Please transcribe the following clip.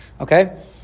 Okay